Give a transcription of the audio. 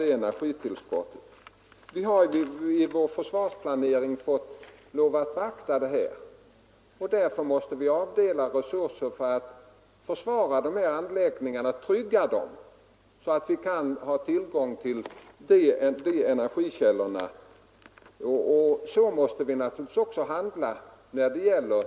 Detta har vi varit tvungna att ta i beaktande vid vår försvarsplanering, och därför har vi avdelat resurser för att försvara anläggningarna och trygga deras fortbestånd så att vi får tillgång till den energin. Så måste vi också göra när det gäller den nya typen av kraftverk.